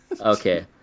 Okay